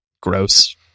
gross